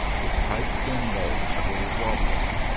his pipe-stem legs were wabbling,